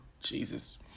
Jesus